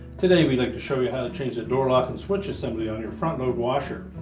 today, we'd like to show you how to change the door lock and switch assembly on your front load washer.